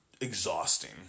exhausting